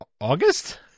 August